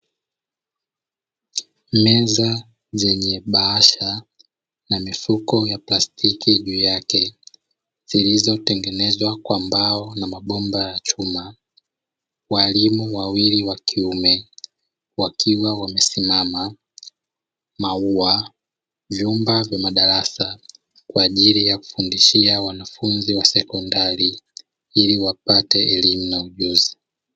Meza zenye bahasha na mifuko plastiki juu yake zilizotengenezwa kwa mbao na mabomba ya chuma, walimu wawili wa kiume wakiwa wamesimama; maua, vyumba vya madarasa kwa ajili ya kufundishia wanafunzi wa sekondari ili wapate elimu na ujuzi.